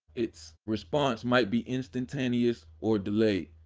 its response might be instantaneous or delayed.